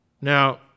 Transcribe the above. Now